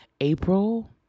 April